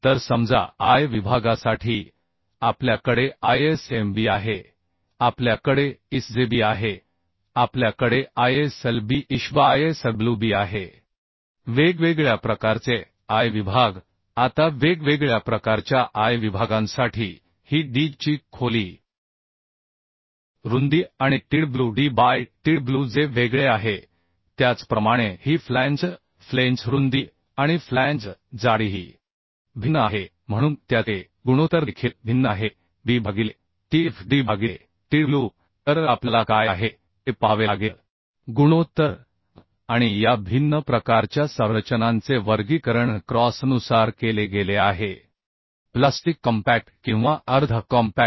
तर समजा I विभागासाठी आपल्या कडे ISMB आहे आपल्या कडे ISJB आहे आपल्या कडे ISLB ISHB ISWB आहे वेगवेगळ्या प्रकारचे I विभाग आता वेगवेगळ्या प्रकारच्या I विभागांसाठी ही d ची खोली रुंदी आणि tw d बाय tw जे वेगळे आहे त्याचप्रमाणे ही फ्लॅंज रुंदी आणि फ्लॅंज जाडी ही भिन्न आहे म्हणून त्याचे गुणोत्तर देखील भिन्न आहे b भागिले tf d भागिले tw तर आपल्याला काय आहे ते पाहावे लागेल गुणोत्तर आणि या भिन्न प्रकारच्या संरचनांचे वर्गीकरण क्रॉसनुसार केले गेले आहे प्लास्टिक कॉम्पॅक्ट किंवा सेमी कॉम्पॅक्ट